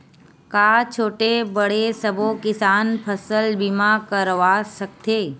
का छोटे बड़े सबो किसान फसल बीमा करवा सकथे?